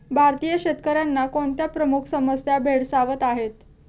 भारतीय शेतकऱ्यांना कोणत्या प्रमुख समस्या भेडसावत आहेत?